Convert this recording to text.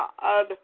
God